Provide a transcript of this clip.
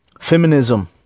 Feminism